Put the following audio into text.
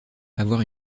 avoir